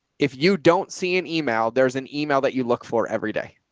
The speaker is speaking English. if you don't see an email, there's an email that you look for every day.